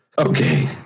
Okay